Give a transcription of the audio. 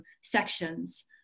sections